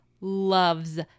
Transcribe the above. loves